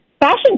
fashion